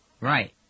Right